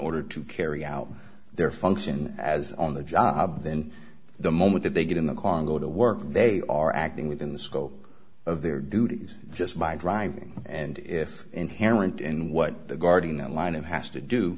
order to carry out their function as on the job then the moment that they get in the congo to work they are acting within the scope of their duties just by driving and if inherent in what the guardian a line of has to do